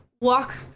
Walk